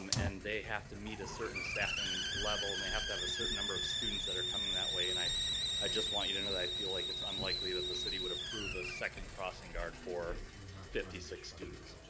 um and they have to meet a certain staffing level, and they have to have a certain number of students that are coming that way, and i i just want you to know that i feel like it's unlikely that the city would approve a second crossing guard for fifty six students.